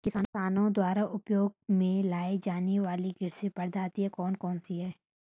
किसानों द्वारा उपयोग में लाई जाने वाली कृषि पद्धतियाँ कौन कौन सी हैं?